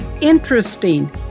interesting